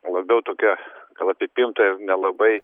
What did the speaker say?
labiau tokią gal apipintą ir nelabai